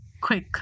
quick